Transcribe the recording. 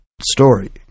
story